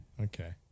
Okay